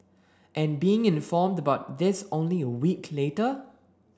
and being informed about this only a week later